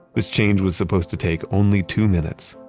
this change was supposed to take only two minutes.